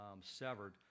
severed